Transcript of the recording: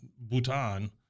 Bhutan